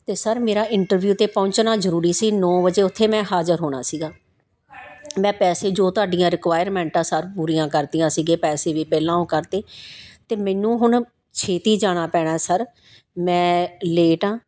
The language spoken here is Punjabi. ਅਤੇ ਸਰ ਮੇਰਾ ਇੰਟਰਵਿਊ 'ਤੇ ਪਹੁੰਚਣਾ ਜ਼ਰੂਰੀ ਸੀ ਨੌਂ ਵਜੇ ਉੱਥੇ ਮੈਂ ਹਾਜ਼ਰ ਹੋਣਾ ਸੀਗਾ ਮੈਂ ਪੈਸੇ ਜੋ ਤੁਹਾਡੀਆਂ ਰਿਕੁਆਇਰਮੈਂਟਾਂ ਸਭ ਪੂਰੀਆਂ ਕਰਤੀਆਂ ਸੀ ਪੈਸੇ ਵੀ ਪਹਿਲਾਂ ਉਹ ਕਰਤੇ ਅਤੇ ਮੈਨੂੰ ਹੁਣ ਛੇਤੀ ਜਾਣਾ ਪੈਣਾ ਸਰ ਮੈਂ ਲੇਟ ਹਾਂ